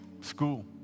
school